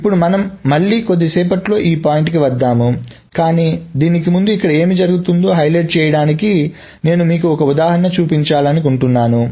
ఇప్పుడు మనం మళ్ళీ కొద్దిసేపట్లో ఈ పాయింట్ కి వద్దాం కానీ దీనికి ముందు ఇక్కడ ఏమి జరుగుతుందో హైలైట్ చేయడానికి నేను మీకు మరొక ఉదాహరణ చూపించాలనుకుంటున్నాను